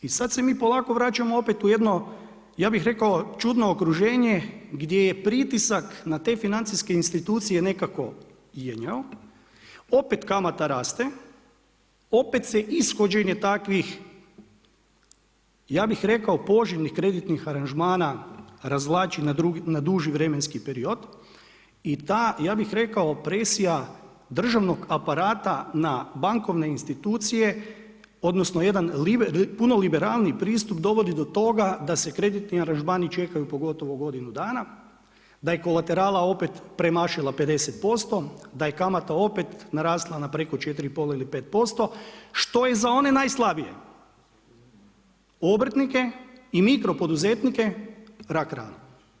I sad se mi polako vraćamo opet u jedno ja bih rekao čudno okruženje gdje je pritisak na te financijske insitucije nekako jenjao, opet kamata raste, opet se ishođenje takvih ja bih rekao poželjnih kreditnih aranžmana razvlači na duži vremenski period i ta ja bih rekao presija državnog aparata na bankovne institucije, odnosno jedan puno liberalniji pristup dovodi do toga da se kreditni aranžmani čekaju pogotovo godinu dana, da je kolaterala opet premašila opet 50%, da je kamata opet narasla na preko 4 i pol ili 5% što je za one najslabije obrtnike i mikro poduzetnike rak rana.